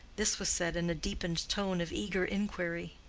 this was said in a deepened tone of eager inquiry.